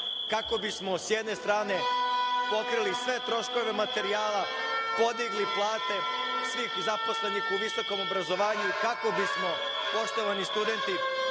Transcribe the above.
kako bismo s jedne strane pokrili sve troškove materijala, podigli plate svih zaposlenih u visokom obrazovanju, kako bismo poštovani studenti